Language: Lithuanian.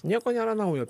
nieko nėra naujo